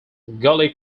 gully